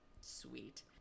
Sweet